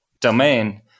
domain